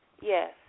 Yes